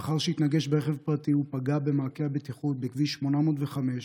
לאחר שהתנגש ברכב פרטי ופגע במעקה הבטיחות בכביש 805,